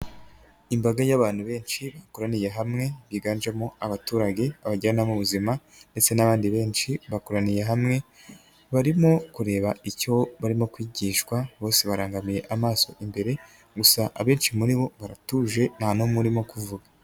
Imbaga y'abantu benshi bakoraniye hamwe biganjemo abaturage, abajyanama buzima ndetse n'abandi benshi bakoraniye hamwe barimo kureba icyo barimo kwigishwa, bose barangamiye amaso imbere, gusa abenshi muri bo baratuje nta n'umwe urimo kuvuga.